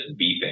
beeping